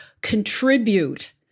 contribute